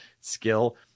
Skill